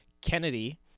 Kennedy